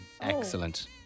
Excellent